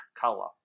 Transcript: color